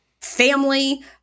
family